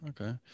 Okay